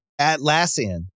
Atlassian